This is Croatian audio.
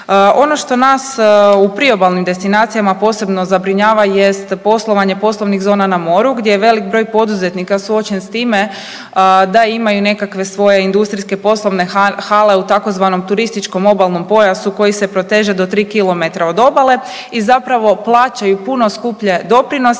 Ono što nas u priobalnim destinacijama posebno zabrinjava jest poslovanje poslovnih zona na moru gdje je velik broj poduzetnika suočen s time da imaju nekakve svoje industrijske hale u tzv. turističkom obalnom pojasu koji se proteže do 3 km od obale i zapravo plaćaju puno skuplje doprinose,